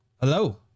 Hello